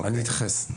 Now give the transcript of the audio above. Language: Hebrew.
אני אתייחס.